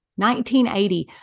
1980